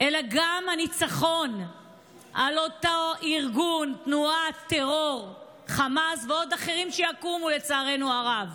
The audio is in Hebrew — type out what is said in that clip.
אלא גם הניצחון על אותו ארגון טרור חמאס ועוד אחרים שיקומו לצערנו הרב,